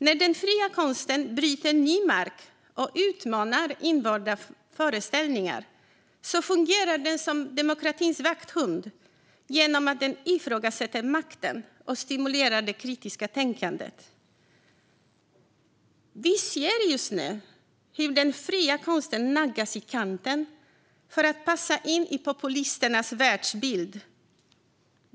När den fria konsten bryter ny mark och utmanar invanda föreställningar fungerar den som en demokratins vakthund genom att den ifrågasätter makten och stimulerar det kritiska tänkandet. Vi ser just nu hur den fria konsten naggas i kanten för att passa in i populisternas världsbild.